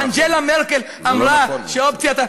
אנגלה מרקל אמרה שאופציית,